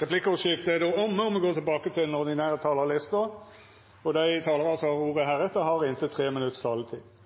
Replikkordskiftet er då omme. Dei talarane som heretter får ordet,